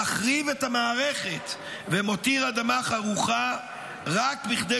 מחריב את המערכת ומותיר אדמה חרוכה רק כדי